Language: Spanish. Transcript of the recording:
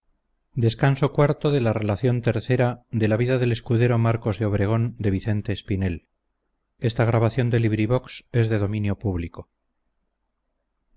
edición de las relaciones de la vida del escudero marcos de obregón del maestro vicente espinel